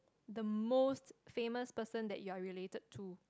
the most famous person that you're related to